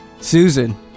Susan